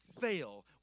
fail